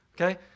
okay